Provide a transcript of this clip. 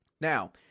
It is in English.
now